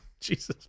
Jesus